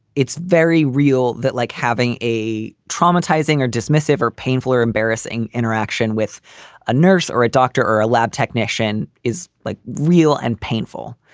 it's very real that like having a traumatizing or dismissive or painful or embarrassing interaction with a nurse or a doctor or a lab technician is like real and painful.